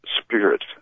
Spirit